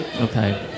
okay